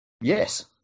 Yes